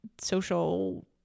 social